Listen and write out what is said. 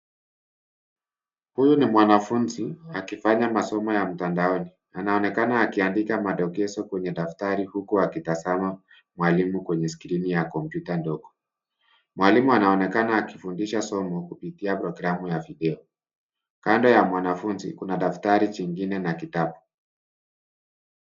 Huyu ni mwanafunzi akifanya masomo ya mtandaoni anaonekana akiadnika madokezo kwenye daftari huku akitazama mwalimu kwenye skrini ya kompyuta ndogo . Mwalimu anaonekana akifundisha somo kupitia programu ya video. Kando ya mwanafunzi kuna daftari jingine na kitabu.